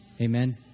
Amen